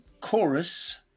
chorus